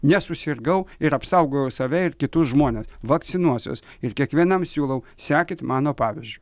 nesusirgau ir apsaugojau save ir kitus žmones vakcinuosiuos ir kiekvienam siūlau sekėt mano pavyzdžiu